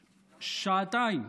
שעתיים.